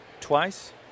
twice